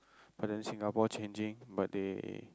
but then Singapore changing but they